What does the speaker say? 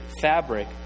fabric